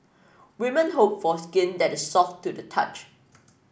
women hope for skin that is soft to the touch